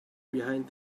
behind